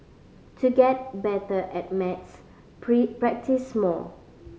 to get better at maths practise more